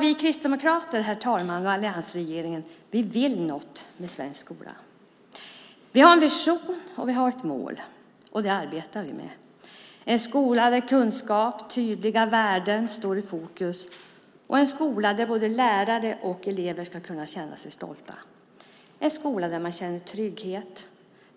Vi kristdemokrater och alliansregeringen vill något med svensk skola. Vi har en vision och ett mål, och detta arbetar vi med. Det är en skola där kunskap och tydliga värden står i fokus, och det är en skola där både lärare och elever ska kunna känna sig stolta. Det är en skola där man känner trygghet